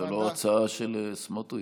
זאת לא הצעה של סמוטריץ',